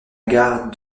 gare